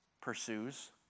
pursues